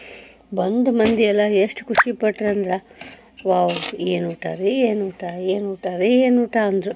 ಬಂದ ಮಂದಿಯೆಲ್ಲ ಎಷ್ಟು ಖುಷಿ ಪಟ್ರೆಂದ್ರೆ ವಾವ್ ಎಂಥದ್ದು ರೀ ಎಂಥ ಎಂಥದ್ದು ರೀ ಎಂಥ ಅಂದರು